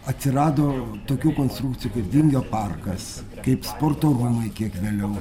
atsirado tokių konstrukcijų kaip vingio parkas kaip sporto rūmai kiek vėliau